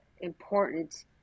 Important